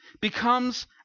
becomes